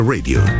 Radio